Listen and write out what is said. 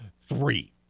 Three